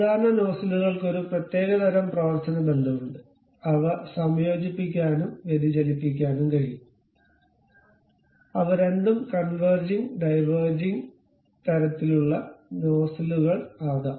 സാധാരണ നോസിലുകൾക്ക് ഒരു പ്രത്യേക തരം പ്രവർത്തന ബന്ധമുണ്ട് അവ സംയോജിപ്പിക്കാനും വ്യതിചലിപ്പിക്കാനും കഴിയും അവ രണ്ടും കൺവേർജിംഗ് ഡൈവേർജിംഗ് തരത്തിലുള്ള നോസലുകൾ ആകാം